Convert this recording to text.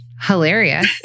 hilarious